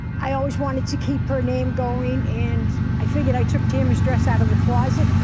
i always wanted to keep her name going and i figured, i took tammy's dress out of the closet,